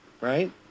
right